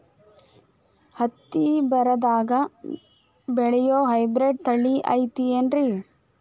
ಹತ್ತಿ ಬರದಾಗ ಬೆಳೆಯೋ ಹೈಬ್ರಿಡ್ ತಳಿ ಐತಿ ಏನ್ರಿ?